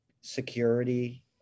security